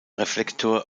reflektor